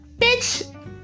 Bitch